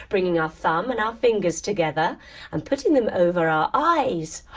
bringing our thumbs and our fingers together and putting them over our eyes.